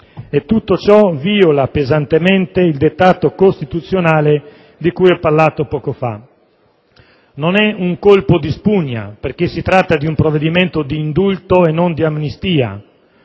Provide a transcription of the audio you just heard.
e tutto ciò viola pesantemente il dettato costituzionale di cui ho parlato poco fa. Non è un colpo di spugna perché si tratta di un provvedimento di indulto e non di amnistia.